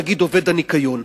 נגיד עובד הניקיון.